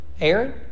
Aaron